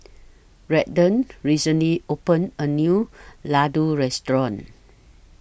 Redden recently opened A New Ladoo Restaurant